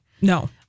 No